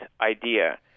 idea